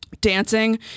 dancing